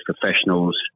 professionals